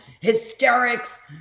hysterics